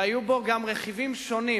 והיו בו רכיבים שונים.